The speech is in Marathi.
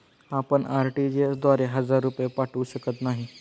आपण आर.टी.जी.एस द्वारे हजार रुपये पाठवू शकत नाही